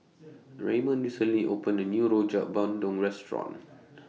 Ramon recently opened A New Rojak Bandung Restaurant